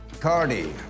Cardi